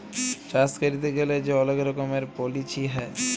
চাষ ক্যইরতে গ্যালে যে অলেক রকমের পলিছি হ্যয়